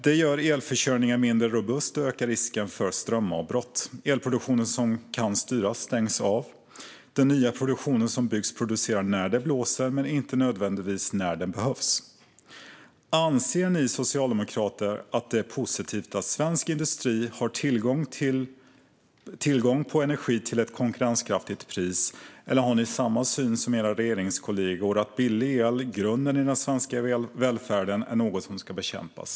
Det gör elförsörjningen mindre robust och ökar risken för strömavbrott. Elproduktion som kan styras stängs av. Den nya produktionen som byggs produceras när det blåser men inte nödvändigtvis när det behövs. Anser ni socialdemokrater att det är positivt att svensk industri har tillgång på energi till ett konkurrenskraftigt pris eller har ni samma syn som era regeringskollegor att billig el som utgör grunden i den svenska välfärden är något som ska bekämpas?